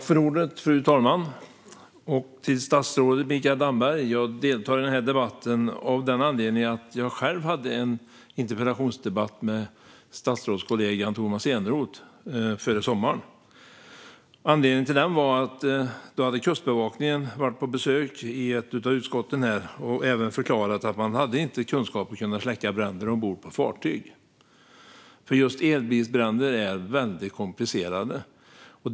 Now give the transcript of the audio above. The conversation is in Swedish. Fru talman! Jag vill säga till statsrådet Mikael Damberg att jag deltar i denna debatt av den anledningen att jag hade en interpellationsdebatt med hans statsrådskollega Tomas Eneroth före sommaren. Anledningen till den debatten var att Kustbevakningen hade varit på besök i ett av utskotten och förklarat att man inte hade kunskaper för att kunna släcka denna typ av bränder ombord på fartyg. Just elbilsbränder är nämligen väldigt komplicerade.